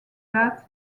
that